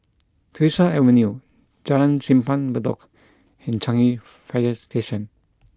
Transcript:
Tyersall Avenue Jalan Simpang Bedok and Changi Fire Station